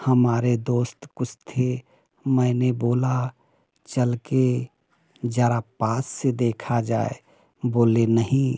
हमारे दोस्त कुछ थे मैंने बोला चल के जरा पास से देखा जाए बोले नहीं